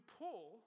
pull